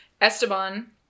Esteban